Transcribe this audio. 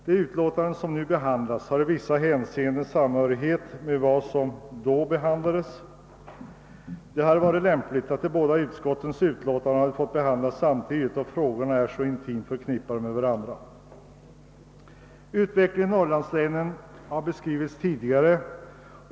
Det utlåtandet som nu föreligger har i vissa hänseenden samhörighet med vad som då avhandlades. Det hade varit lämpligt att de båda utskottens utlåtanden fått behandlas samtidigt, då frågorna är så intimt förknippade med varandra. Utvecklingen i norrlandslänen har beskrivits tidigare.